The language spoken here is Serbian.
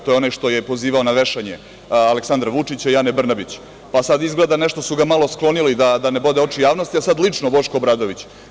To je onaj što je pozivao na vešanje Aleksandra Vučića i Ane Brnabić, pa sad izgleda nešto su ga malo sklonili, da ne bode oči javnosti, a sad lično Boško Obradović.